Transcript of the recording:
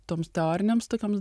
toms teorinėms tokioms